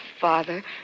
Father